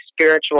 spiritual